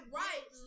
right